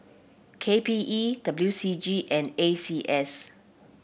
K P E W C G and A C S